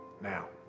now